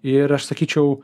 ir aš sakyčiau